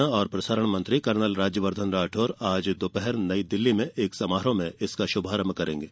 सूचना और प्रसारण मंत्री कर्नल राज्यवर्धन राठौड़ आज दोपहर बाद नई दिल्ली में एक समारोह में इसका शुभारंभ करेंगे